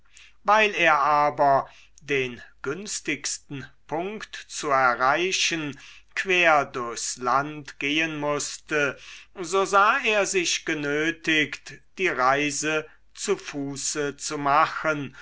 weil er aber den günstigsten punkt zu erreichen quer durchs land gehen mußte so sah er sich genötigt die reise zu fuße zu machen